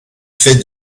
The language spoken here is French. fait